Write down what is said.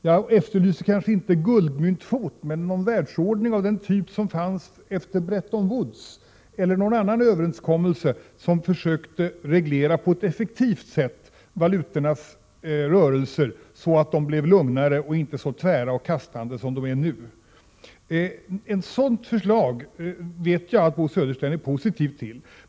Jag efterlyser kanske inte guldmyntfoten, men en världsordning av den typ som fanns efter Bretton Woods eller någon annan överenskommelse som försökte reglera, på ett effektivt sätt, valutornas rörelser så att de blev lugnare och inte så kastande som de är nu. Ett sådant förslag vet jag att Bo Söderström är positiv till.